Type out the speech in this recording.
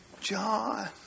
John